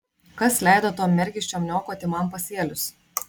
kas leido tom mergiščiom niokoti man pasėlius